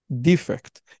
defect